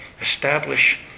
establish